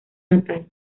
natal